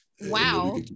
wow